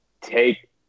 take